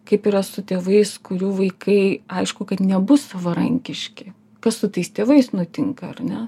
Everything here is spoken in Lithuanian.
kaip yra su tėvais kurių vaikai aišku kad nebus savarankiški kas su tais tėvais nutinka ar ne